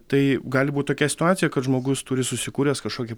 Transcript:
tai gali būt tokia situacija kad žmogus turi susikūręs kažkokį